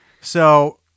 So-